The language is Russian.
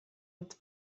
этот